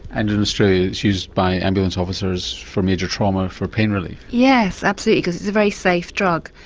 and in australia it's used by ambulance officers for major trauma for pain relief. yes absolutely, because it's a very safe drug,